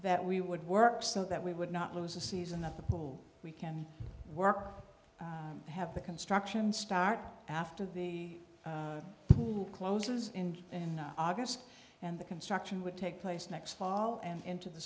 that we would work so that we would not lose a season of the pool we can work to have the construction start after the pool closes in in august and the construction would take place next fall and into the